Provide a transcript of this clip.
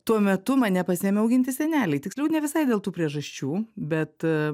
tuo metu mane pasiėmė auginti seneliai tiksliau ne visai dėl tų priežasčių bet